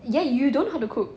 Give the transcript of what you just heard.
ya you don't know how to cook